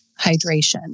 hydration